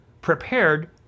prepared